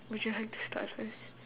would you like to start first